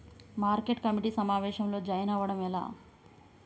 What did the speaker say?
Market committee సమావేశంలో join అవ్వడం ఎలా?